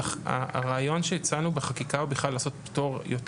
הרעיון שהצענו בחקיקה הוא בכלל לעשות פטור יותר